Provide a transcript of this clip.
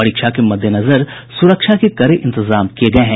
परीक्षा के मद्देनजर सुरक्षा के कड़े इंतजाम किये गये हैं